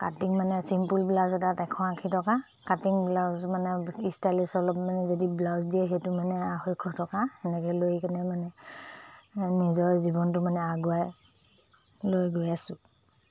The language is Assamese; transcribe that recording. কাটিং মানে চিম্পুল ব্লাউজ এটাত এশ আশী টকা কাটিং ব্লাউজ মানে ষ্টাইলিছ অলপ মানে যদি ব্লাউজ দিয়ে সেইটো মানে আঢ়ৈশ টকা তেনেকৈ লৈ কিনে মানে নিজৰ জীৱনটো মানে আগুৱাই লৈ গৈ আছোঁ